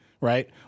Right